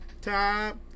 Top